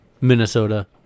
minnesota